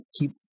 keep